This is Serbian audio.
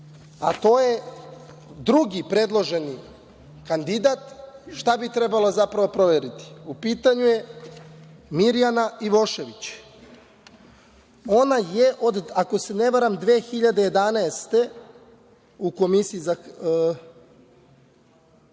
a to je drugi predloženi kandidat, šta bi trebalo zapravo proveriti? U pitanju je Mirjana Ivošević. Ona je, ako se ne varam, od 24. marta 2011.